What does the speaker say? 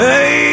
Hey